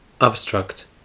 Abstract